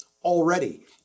already